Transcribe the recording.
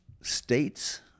states